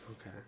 Okay